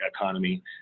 economy